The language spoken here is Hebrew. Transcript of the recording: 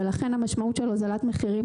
ולכן המשמעות של הוזלת מחירים